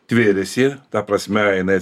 tvėrėsi ta prasme jinai